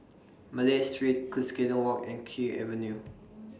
Malay Street Cuscaden Walk and Kew Avenue